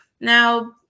now